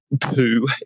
poo